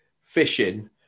fishing